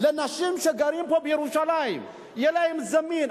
לנשים שגרות פה, בירושלים, יהיה להן זמין.